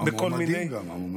גם המועמדים.